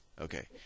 Okay